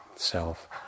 self